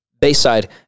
Bayside